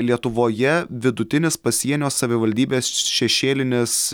lietuvoje vidutinis pasienio savivaldybės šešėlinis